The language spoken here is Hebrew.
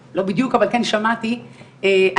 ושמעתי,